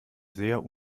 sehr